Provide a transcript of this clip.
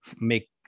make